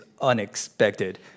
unexpected